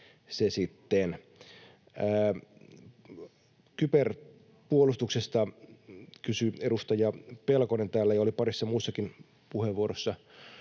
Kyberpuolustuksesta kysyi edustaja Pelkonen täällä, ja oli parissa muussakin puheenvuorossa